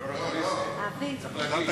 חבר הכנסת צריך להגיש קובלנה.